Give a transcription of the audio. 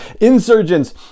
Insurgents